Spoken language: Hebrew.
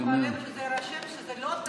אני אומר --- אני חייבת להגיד באופן מלא,